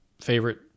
favorite